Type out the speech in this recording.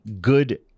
good